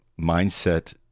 mindset